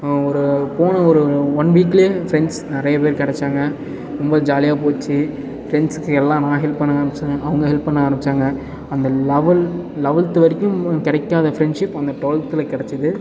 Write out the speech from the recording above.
ஒரு போன ஒரு ஒன் வீக்லே ஃப்ரண்ட்ஸ் நிறைய பேர் கிடச்சாங்க ரொம்ப ஜாலியாக போச்சு ஃப்ரண்ட்ஸ்க்கு எல்லாம் நான் ஹெல்ப் பண்ண ஆரம்பித்தேன் அவங்க ஹெல்ப் பண்ண ஆரம்பிச்சாங்க அந்த லவல் லவல்த் வரைக்கும் கிடைக்காத ஃப்ரண்ட்ஷிப் அந்த டுவல்த்தில் கிடச்சிது